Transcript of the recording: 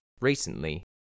recently